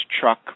truck